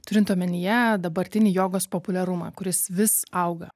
turint omenyje dabartinį jogos populiarumą kuris vis auga